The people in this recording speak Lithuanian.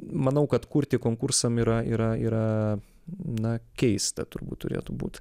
manau kad kurti konkursam yra yra yra na keista turbūt turėtų būt